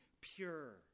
pure